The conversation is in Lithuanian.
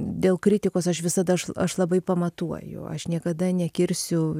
dėl kritikos aš visada aš aš labai pamatuoju aš niekada nekirsiu